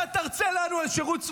אתה תרצה לנו על שירות צבאי?